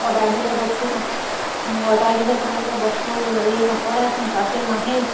order দিলে বস্তু ন অৰ্ডাৰ দিলে তোমালোকে বস্তু হেৰি নকৰাইচোন পাৰ্চেল নাহেই